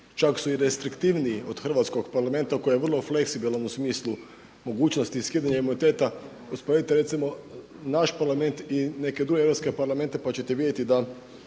čak su i restriktivniji od hrvatskog Parlamenta koji je vrlo fleksibilan u smislu mogućnosti i skidanja imuniteta. Usporedite recimo naš Parlament i neke druge europske parlamente, pa ćete vidjeti da